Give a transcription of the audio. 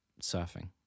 surfing